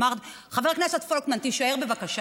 חבר הכנסת פולקמן, תישאר, בבקשה.